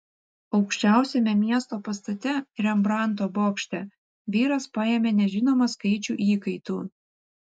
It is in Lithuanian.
aukščiausiame miesto pastate rembrandto bokšte vyras paėmė nežinomą skaičių įkaitų